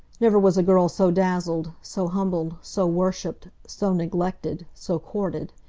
never was a girl so dazzled, so humbled, so worshiped, so neglected, so courted.